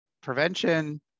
prevention